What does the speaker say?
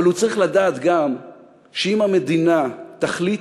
אבל הוא צריך לדעת גם שאם המדינה תחליט